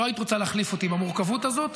לא היית רוצה להחליף אותי במורכבות הזאת.